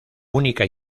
única